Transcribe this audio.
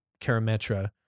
Karametra